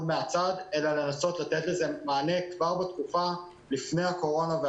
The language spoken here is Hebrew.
מהצד אלא לנסות לתת לזה מענה עוד לפני הקורונה.